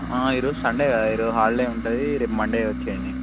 ఈరోజు సండే కదా ఈరోజు హాలిడే ఉంటుంది రేపు మండే వచ్చేయండి